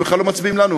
הם בכלל לא מצביעים לנו,